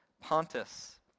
Pontus